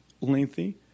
lengthy